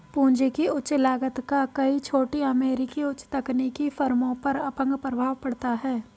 पूंजी की उच्च लागत का कई छोटी अमेरिकी उच्च तकनीकी फर्मों पर अपंग प्रभाव पड़ता है